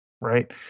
Right